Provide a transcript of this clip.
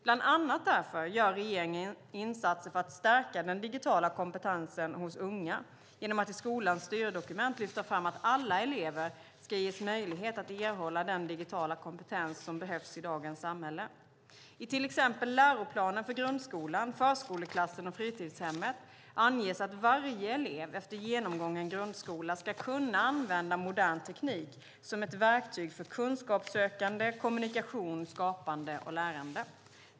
Bland annat därför gör regeringen insatser för att stärka den digitala kompetensen hos unga genom att i skolans styrdokument lyfta fram att alla elever ska ges möjlighet att erhålla den digitala kompetens som behövs i dagens samhälle. I till exempel läroplanen för grundskolan, förskoleklassen och fritidshemmet anges att varje elev efter genomgången grundskola ska kunna använda modern teknik som ett verktyg för kunskapssökande, kommunikation, skapande och lärande.